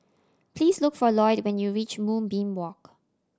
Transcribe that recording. please look for Lloyd when you reach Moonbeam Walk